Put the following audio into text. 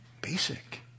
basic